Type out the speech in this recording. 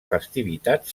festivitat